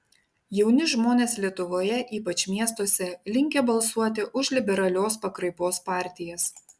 jauni žmonės lietuvoje ypač miestuose linkę balsuoti už liberalios pakraipos partijas